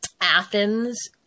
Athens